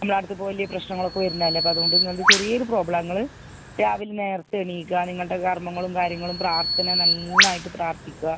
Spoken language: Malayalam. നമ്മളുടെ അടുത്തിപ്പോൾ വലിയ പ്രശ്നങ്ങൾ ഒക്കെ വരുന്ന അല്ലേ അപ്പോൾ അതുകൊണ്ട് നിങ്ങൾ അത് ചെറിയൊര് പ്രോബ്ലമാണ് നിങ്ങൾ രാവിലെ നേരത്തെ എണീക്കുക നിങ്ങളുടെ കർമ്മങ്ങളും കാര്യങ്ങളും പ്രാർത്ഥന നന്നായിട്ട് പ്രാർത്ഥിക്കുക